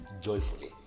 joyfully